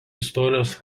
istorijos